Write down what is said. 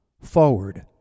Forward